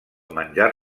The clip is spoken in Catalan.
menjars